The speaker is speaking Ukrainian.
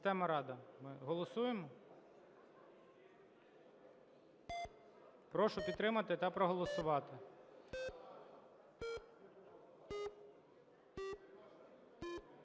Система "Рада", ми голосуємо? Прошу підтримати та проголосувати.